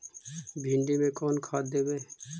भिंडी में कोन खाद देबै?